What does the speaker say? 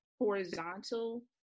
horizontal